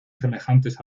semejantes